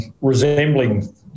resembling